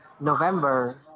November